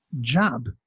job